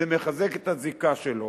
זה מחזק את הזיקה שלו.